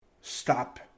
stop